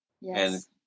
Yes